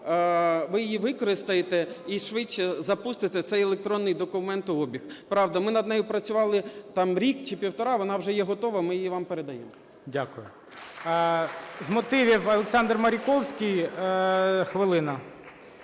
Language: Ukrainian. ви її використаєте і швидше запустите цей електронний документообіг. Правда. Ми над нею працювали рік чи півтора, вона вже є готова, ми її вам передаємо. ГОЛОВУЮЧИЙ. Дякую. З мотивів - Олександр Маріковський, хвилина.